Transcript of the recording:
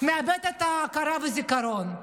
מאבד את ההכרה ואת הזיכרון.